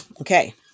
Okay